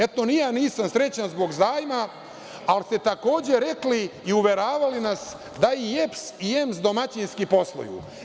Eto, ni ja nisam srećan zbog zajma, ali ste takođe rekli i uveravali nas da i EPS i EMS domaćinski posluju.